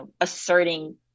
asserting